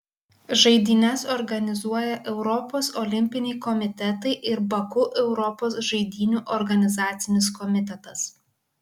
žaidynes organizuoja europos olimpiniai komitetai ir baku europos žaidynių organizacinis komitetas